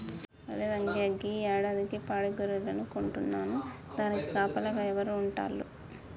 ఒరే రంగయ్య గీ యాడాది పాడి గొర్రెలను కొంటున్నాను దానికి కాపలాగా ఎవరు ఉంటాల్లు